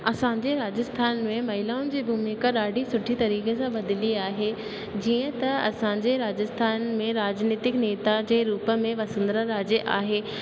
असांजे राजस्थान में महिलाउनि जी भूमिका ॾाढी सुठी तरीक़े सां बदिली आहे जीअं त असांजे राजस्थान में राजनितिक नेता जे रूप में वसुंधरा राजे आहे